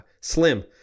Slim